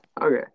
Okay